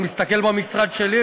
אני מסתכל במשרד שלי,